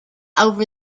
over